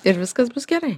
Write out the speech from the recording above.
ir viskas bus gerai